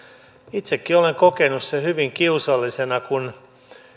itsekin olen kokenut sen hyvin kiusallisena että kun